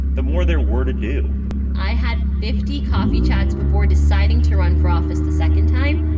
the more there were to do i had fifty coffee chats before deciding to run for office the second time.